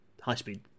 high-speed